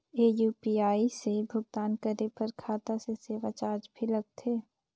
ये यू.पी.आई से भुगतान करे पर खाता से सेवा चार्ज भी लगथे?